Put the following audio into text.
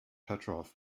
petrov